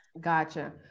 Gotcha